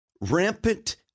rampant